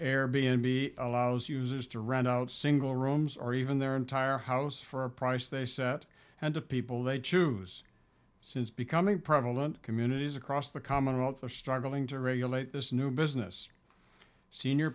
air b n b allows users to rent out single rooms or even their entire house for a price they set and the people they choose since becoming president communities across the commonwealth are struggling to regulate this new business senior